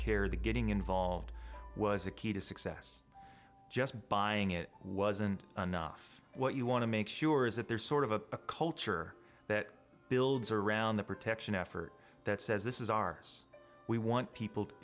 care the getting involved was a key to success just buying it wasn't enough what you want to make sure is that there's sort of a culture that builds around the protection effort that says this is ours we want people to